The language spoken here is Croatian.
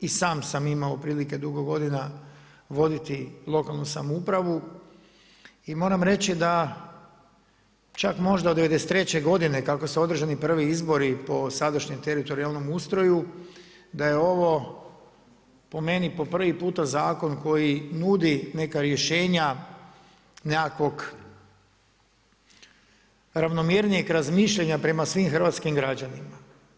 I sam sam imao prilika dugo godina voditi lokalnu samoupravu i moram reći, da čak možda od '93. godine kako su održani prvi izbori po sadašnjem teritorijalnom ustroju, da je ovo po meni prvi puta zakon koji nudi neka rješenja nekakvog ravnomjernijeg razmišljanja prema svim hrvatskim građanima.